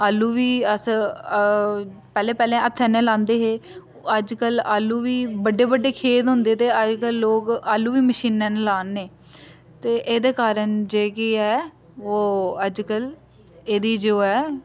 आलू बी अस पैह्लें पैह्लें हत्थें कन्नै लांदे हे अज्जकल आलू बी बड्डे बड्डे खेत होंदे ते लोक आलू बी मशीनै ने लान्ने ते एह्दे कारण जे केह् ऐ ओह् अज्जकल एह्दी जो ऐ